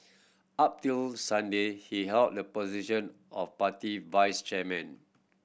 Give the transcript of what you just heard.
up till Sunday he held the position of party vice chairman